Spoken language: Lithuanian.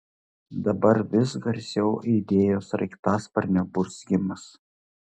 dabar vis garsiau aidėjo sraigtasparnio burzgimas